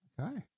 Okay